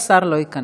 עד שהשר ייכנס.